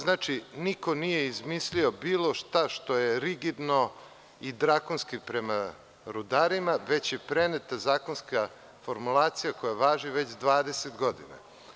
Znači, niko nije izmislio bilo šta što je rigidno i drakonski prema rudarima, već je preneta zakonska formulacija koja važi već 20 godina.